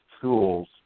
tools